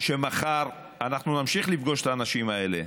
שמחר אנחנו נמשיך לפגוש את האנשים האלה,